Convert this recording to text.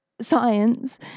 science